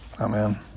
Amen